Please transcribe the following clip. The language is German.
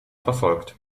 verfolgt